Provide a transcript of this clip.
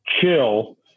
chill